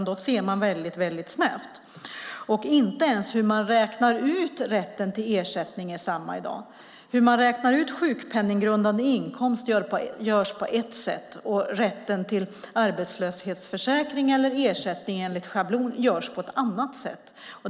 Då ser man väldigt snävt. Inte ens sättet man räknar ut rätten till ersättning på är detsamma i dag. Man räknar ut sjukpenninggrundande inkomst på ett sätt och rätten till ersättning från arbetslöshetsförsäkring eller ersättning enligt schablon på ett annat sätt.